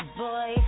boy